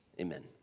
Amen